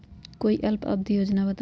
कोई अल्प अवधि योजना बताऊ?